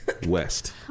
West